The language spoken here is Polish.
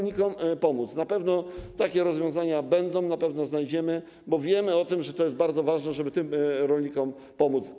Na pewno takie rozwiązania będą, na pewno je znajdziemy, bo wiemy o tym, że to jest bardzo ważne, żeby tym rolnikom pomóc.